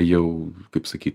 jau kaip sakyt